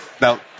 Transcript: Now